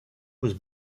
was